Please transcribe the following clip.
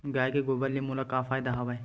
गाय के गोबर ले मोला का का फ़ायदा हवय?